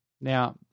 Now